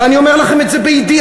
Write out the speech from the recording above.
ואני אומר לכם את זה בידיעה,